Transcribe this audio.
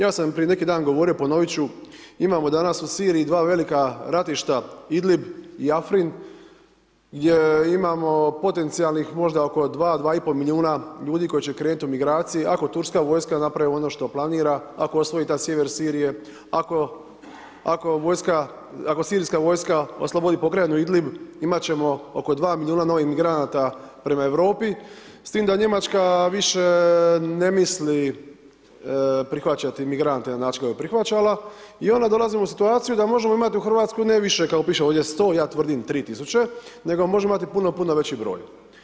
Ja sam prije neki dan govorio, ponovit ću, imamo danas u Siriji dva velika ratišta … gdje imamo potencijalnih možda oko 2, 2,5 milijuna ljudi koji će krenuti u migraciju ako turska vojska napravi ono što planira, ako osvoji taj sjever Sirije, ako sirijska vojska oslobodi pokrajinu Idlib, imat ćemo oko 2 milijuna novih migranata prema Europi s tim da Njemačka više ne misli prihvaćati migrante na način na koji je prihvaćala i onda dolazimo u situaciju da možemo imati u Hrvatskoj ne više kao piše ovdje 100, a ja tvrdim tri tisuće nego možemo imati puno, puno veći broj.